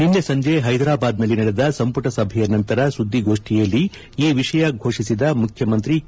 ನಿನ್ನೆ ಸಂಜೆ ಹೈದರಾಬಾದ್ನಲ್ಲಿ ನಡೆದ ಸಂಪುಟ ಸಭೆಯ ನಂತರ ಸುದ್ದಿಗೋಷ್ಠಿಯಲ್ಲಿ ಈ ವಿಷಯ ಘೋಷಿಸಿದ ಮುಖ್ಯಮಂತ್ರಿ ಕೆ